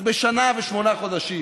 אז בשנה ושמונה חודשים